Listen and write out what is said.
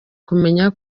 kumenya